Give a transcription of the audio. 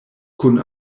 kun